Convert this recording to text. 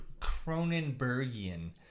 Cronenbergian